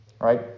Right